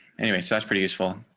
anyway, so that's pretty useful.